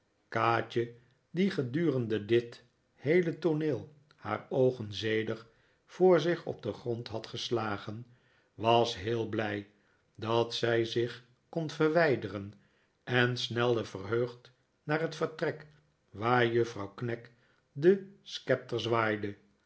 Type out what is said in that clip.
die gedurende dit heele tooneel haar oogen zedig voor zich op den grond had geslagen was heel blij dat zij zich kon verwijderen en snelde verheugd naar het vertrek waar juffrouw knag den schepter zwaaide